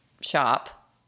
shop